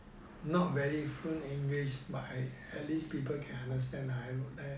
not very fluent english but at least people can understand ah